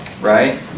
right